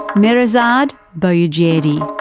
mehrzad boroujerdi,